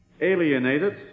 alienated